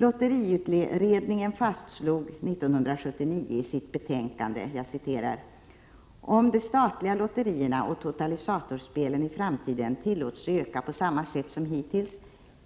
Lotteriutredningen fastslog 1979 i sitt betänkande: ”Om de statliga lotterierna och totalisatorspelen i framtiden tillåts öka på samma sätt som hittills